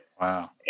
Wow